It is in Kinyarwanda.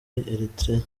eritrea